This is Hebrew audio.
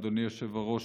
אדוני היושב-ראש,